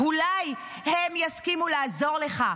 אולי הם יסכימו לעזור לך,